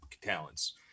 talents